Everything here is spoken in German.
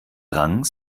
drang